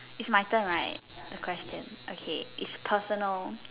it's my turn right the question okay it's personal